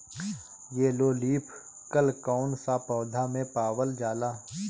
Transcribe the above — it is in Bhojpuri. येलो लीफ कल कौन सा पौधा में पावल जाला?